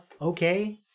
okay